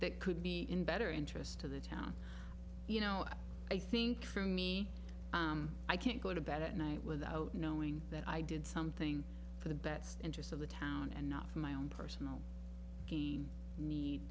that could be in better interest to the town you know i think for me i can't go to bed at night without knowing that i did something for the best interests of the town and not for my own personal